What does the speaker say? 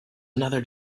another